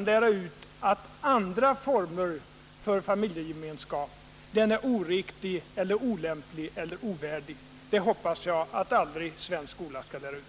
lära ut att andra former för familjegemenskap är oriktiga eller olämpliga eller ovärdiga — det hoppas jag att svensk skola aldrig skall göra.